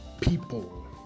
people